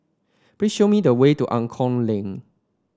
please show me the way to Angklong Lane